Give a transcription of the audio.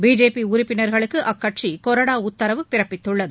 BJP உறுப்பினர்களுக்கு அக்கட்சி கொறடா உத்தரவு பிறப்பித்துள்ளது